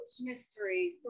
Mystery